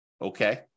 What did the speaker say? Okay